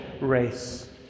race